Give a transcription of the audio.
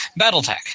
Battletech